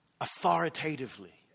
authoritatively